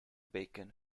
bacon